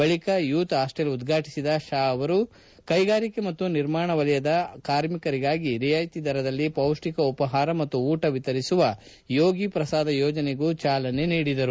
ಬಳಿಕ youth hostel ಉದ್ಘಾಟಿಸಿದ ಅವರು ಕೈಗಾರಿಕೆ ಮತ್ತು ನಿರ್ಮಾಣ ವಲಯದ ಕಾರ್ಮಿಕರಿಗಾಗಿ ರಿಯಾಯಿತಿ ದರದಲ್ಲಿ ಪೌಷ್ಠಿಕ ಉಪಹಾರ ಮತ್ತು ಊಟ ವಿತರಿಸುವ ಯೋಗಿ ಪ್ರಸಾದ ಯೋಜನೆಗೂ ಚಾಲನೆ ನೀಡಿದರು